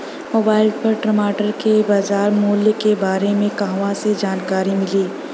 Mobile पर टमाटर के बजार मूल्य के बारे मे कहवा से जानकारी मिली?